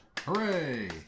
Hooray